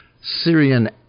Syrian